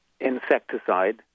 insecticide